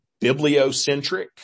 bibliocentric